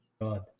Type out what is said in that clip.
God